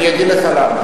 אני אגיד לך למה.